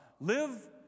live